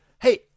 Hey